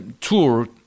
tour